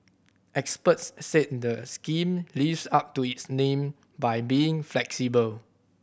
experts said the scheme lives up to its name by being flexible